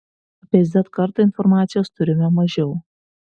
apie z kartą informacijos turime mažiau